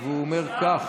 סליחה,